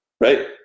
right